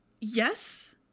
Yes